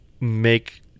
make